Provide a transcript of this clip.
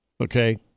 Okay